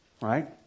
right